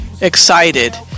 excited